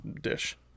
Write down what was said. dish